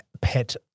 pet